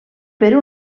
per